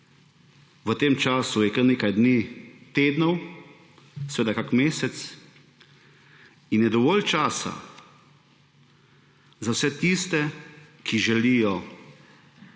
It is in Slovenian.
V tem času je – kar nekaj dni, tednov, kak mesec – je dovolj časa za vse tiste, ki želijo